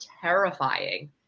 terrifying